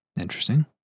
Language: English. Interesting